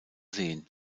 sehen